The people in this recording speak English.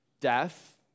death